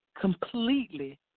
completely